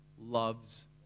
loves